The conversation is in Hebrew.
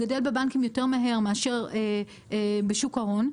הוא גדל בבנקים יותר מהר מאשר בשוק ההון,